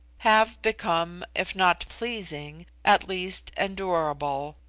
have become, if not pleasing, at least endurable.